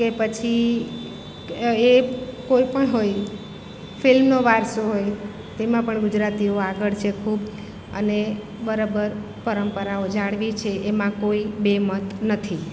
કે પછી કે એ કોઈ પણ હોય ફિલ્મનો વારસો હોય તેમાં પણ ગુજરાતીઓ આગળ છે ખૂબ અને બરાબર પરંપરાઓ જાળવી છે એમાં કોઈ બે મત નથી